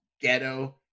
ghetto